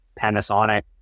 Panasonic